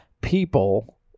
people